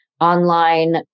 online